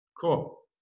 Cool